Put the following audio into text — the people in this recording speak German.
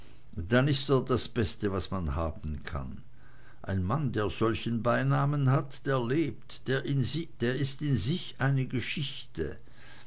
dann ist er das beste was man haben kann ein mann der solchen beinamen hat der lebt der ist in sich eine geschichte